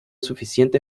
suficiente